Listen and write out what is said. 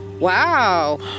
Wow